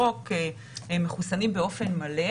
אוקיי.